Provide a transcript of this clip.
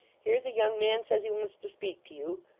here's a young man says he wants to speak to you.